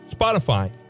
Spotify